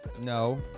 No